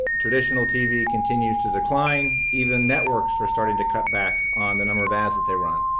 traditional tv continues to decline. even networks are starting to cut back on the number of ads that they run.